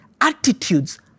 attitudes